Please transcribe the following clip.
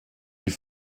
die